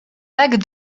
lac